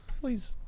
Please